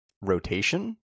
rotation